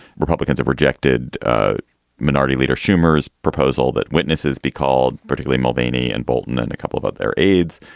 republicans have rejected minority leader schumer's proposal that witnesses be called politically mulvaney and bolton and a couple of of their aides.